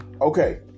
Okay